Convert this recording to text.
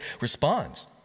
responds